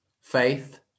faith